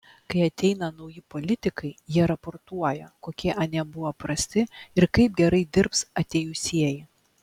kai ateina nauji politikai jie raportuoja kokie anie buvo prasti ir kaip gerai dirbs atėjusieji